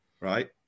right